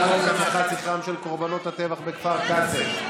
חוק הנצחת זכרם של קורבנות הטבח בכפר קאסם,